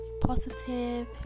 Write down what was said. positive